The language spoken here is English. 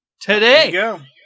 Today